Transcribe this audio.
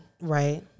Right